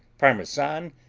parmesan,